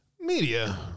Media